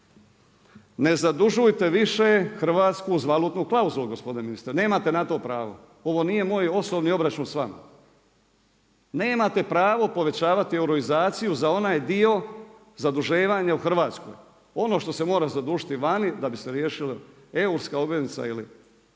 Ne zadužuje više Hrvatsku za valutnu klauzulu, gospodine ministre. Nemate na to pravo. Ovo nije moj osobni obračun s vama. Nemate pravo povećavati euroizaciju za onaj dio zaduživanja u Hrvatskoj. Ono što se mora zadužiti vani da bi se riješila europska obveznica ili dolarska,